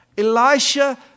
Elisha